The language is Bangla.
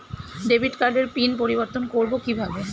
ডেবিট কার্ডের পিন পরিবর্তন করবো কীভাবে?